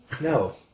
No